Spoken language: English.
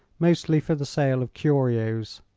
mostly for the sale of curios.